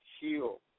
heal